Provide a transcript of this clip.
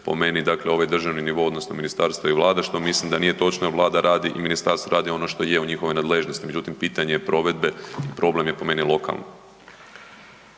po meni ovaj državni nivo odnosno ministarstvo i Vlada što mislim da nije točno jer Vlada radi i ministarstvo radi ono što je u njihovoj nadležnosti, međutim pitanje je provedbe i problem je po meni lokalno.